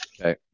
Okay